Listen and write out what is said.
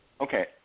Okay